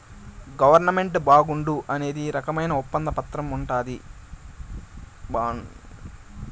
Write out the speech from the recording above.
government bond అనేది రకమైన ఒప్పంద పత్రంగా ఉంటది